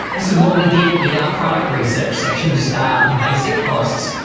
this is what we did in our product research section, just our basic costs,